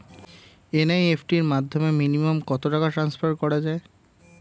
NEFT র মাধ্যমে minimum কত টাকা টান্সফার করা যায়?